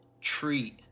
treat